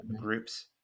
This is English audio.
groups